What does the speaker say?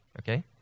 okay